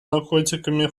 наркотиками